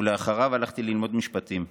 ולאחריו הלכתי ללמוד משפטים,